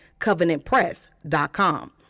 covenantpress.com